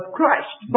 Christ